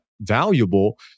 valuable